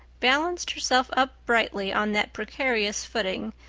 balanced herself uprightly on that precarious footing,